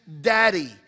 Daddy